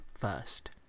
first